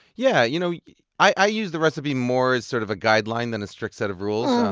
yeah. you know i use the recipe more as sort of a guideline than a strict set of rules.